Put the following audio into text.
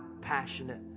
passionate